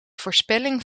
voorspelling